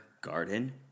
Garden